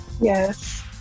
Yes